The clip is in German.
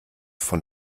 von